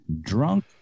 Drunk